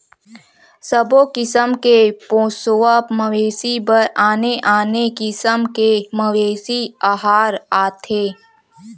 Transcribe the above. सबो किसम के पोसवा मवेशी बर आने आने किसम के मवेशी अहार आथे